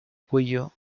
cuello